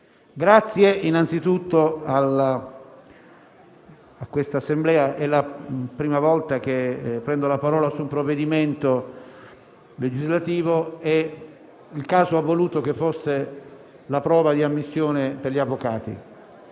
Desidero innanzitutto ringraziare l'Assemblea. È la prima volta che prendo la parola su un provvedimento legislativo e il caso ha voluto che fosse sulla prova di ammissione per gli avvocati: